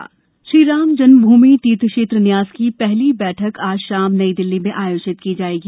राम जन्म भूमि श्रीराम जन्म भूमि तीर्थ क्षेत्र न्यास की पहली बैठक आज शाम नई दिल्ली में आयोजित की जाएगी